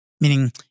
Meaning